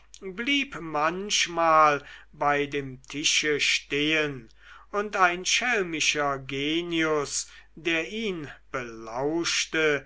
blieb manchmal bei dem tische stehen und ein schelmischer genius der ihn belauschte